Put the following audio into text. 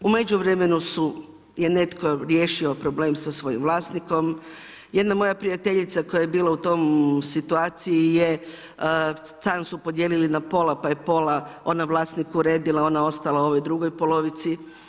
U međuvremenu je netko riješio problem sa svojim vlasnikom, jedna moja prijateljica koja je bila u toj situaciji je stan su podijelili na pola pa je pola ona vlasniku uredila, ona ostala u ovoj drugoj polovici.